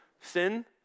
Sin